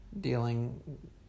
dealing